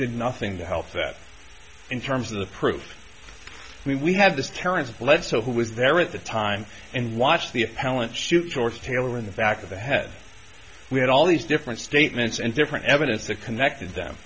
did nothing to help that in terms of the proof i mean we have this terrence bledsoe who was there at the time and watch the appellant shoot george taylor in the back of the head we had all these different statements and different evidence that connected them